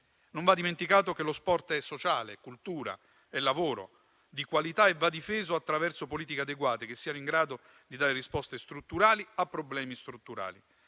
Non va dimenticato che lo sport è sociale, è cultura, è lavoro di qualità e va difeso attraverso politiche adeguate che siano in grado di dare risposte strutturali a problemi strutturali.